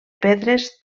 pedres